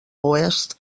oest